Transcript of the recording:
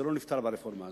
שלא נפתר ברפורמה הזאת.